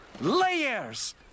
Layers